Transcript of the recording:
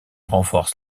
renforce